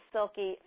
Silky